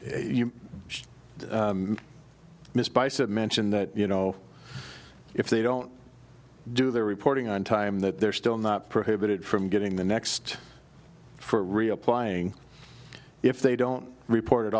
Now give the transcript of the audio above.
you just missed by said mention that you know if they don't do the reporting on time that they're still not prohibited from getting the next for reapplying if they don't report